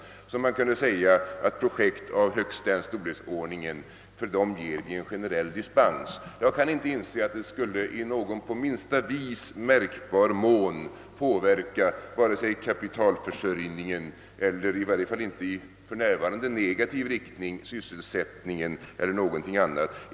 Skulle man inte kunna säga att för projekt av högst den storleken medges en generell dispens? Jag kan inte inse att det i någon som helst märkbar mån skulle påverka vare sig kapitalförsörjningen eller sysselsättningen, i varje fall inte i negativ riktning.